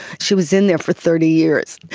she was in there for thirty years.